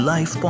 Life